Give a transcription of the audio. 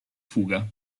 fuga